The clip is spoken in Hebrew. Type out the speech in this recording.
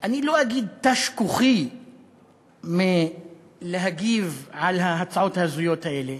אני לא אגיד: תש כוחי מלהגיב על ההצעות ההזויות האלה.